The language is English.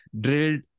drilled